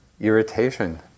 irritation